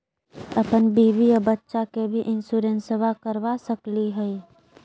अपन बीबी आ बच्चा के भी इंसोरेंसबा करा सकली हय?